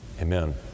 Amen